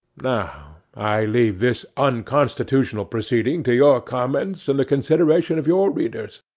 now i leave this unconstitutional proceeding to your comments and the consideration of your readers.